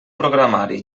programari